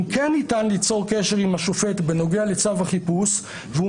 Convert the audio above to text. אם כן ניתן ליצור קשר עם השופט בנוגע לצו החיפוש והוא